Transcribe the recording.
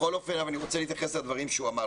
בכל אופן, אני רוצה להתייחס לדברים שהוא אמר.